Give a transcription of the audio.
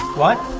what?